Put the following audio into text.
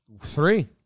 Three